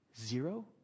Zero